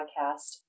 podcast